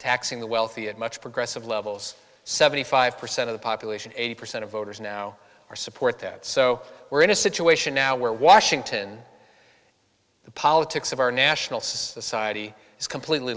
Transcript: taxing the wealthy at much progressive levels seventy five percent of the population eighty percent of voters now are support that so we're in a situation now where washington the politics of our national society is completely